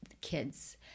kids